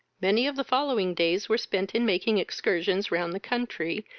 many of the following days were spent in making excursions round the country,